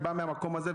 אני בא מהמקום הזה,